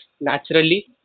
naturally